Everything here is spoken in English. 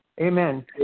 Amen